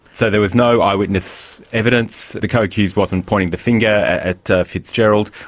so there was no eyewitness evidence, the co-accused wasn't pointing the finger at fitzgerald,